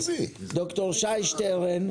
ד"ר שי שטרן,